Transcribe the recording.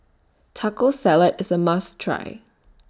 Taco Salad IS A must Try